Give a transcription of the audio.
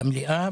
למליאה,